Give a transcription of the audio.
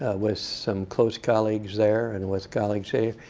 with some close colleagues there, and with colleagues here.